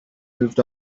moved